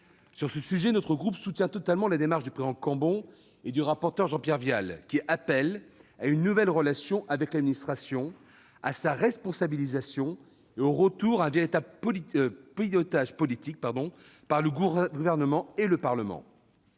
Sur ce sujet, mon groupe soutient totalement la démarche du président Cambon et du rapporteur pour avis Jean-Pierre Vial qui appellent à une nouvelle relation avec l'administration, à sa responsabilisation et au retour à un véritable pilotage politique par le Gouvernement et le Parlement.